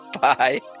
Bye